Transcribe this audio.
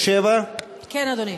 23(7). כן, אדוני,